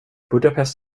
budapest